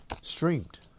Streamed